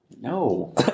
No